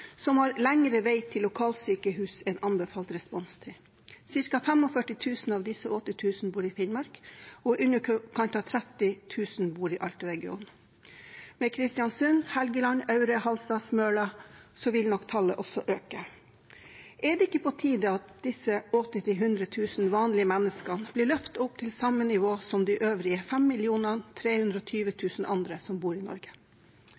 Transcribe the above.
som har lengre vei til lokalsykehus enn anbefalt responstid. Cirka 45 000 av disse 80 000 bor i Finnmark, og i underkant av 30 000 bor i Alta-regionen. Med Kristiansund, Helgeland, Aure, Halsa og Smøla vil nok tallet også øke. Er det ikke på tide at disse 80 000–100 000 vanlige menneskene blir løftet opp til samme nivå som de øvrige 5 320 000 andre som bor i Norge?